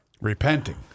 Repenting